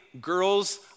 girls